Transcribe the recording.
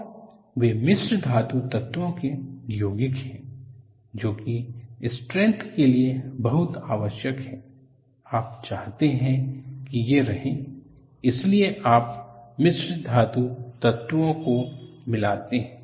और वे मिश्र धातु तत्वों के यौगिक हैं जो की स्ट्रेंथ के लिए बहुत आवश्यक हैं आप चाहते की ये रहे इसीलिए आप मिश्र धातु तत्वों को मिलते हैं